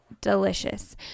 delicious